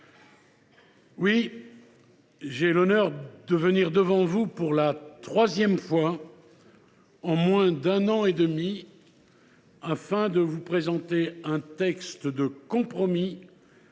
Oui, j’ai l’honneur de venir devant vous, pour la troisième fois en moins d’un an et demi, afin de vous présenter un texte de compromis,